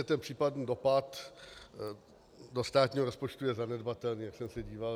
Je vidět, že případný dopad do státního rozpočtu je zanedbatelný, jak jsem se díval.